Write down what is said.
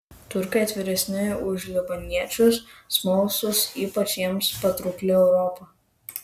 turkai atviresni už libaniečius smalsūs ypač jiems patraukli europa